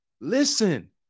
Listen